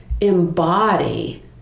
embody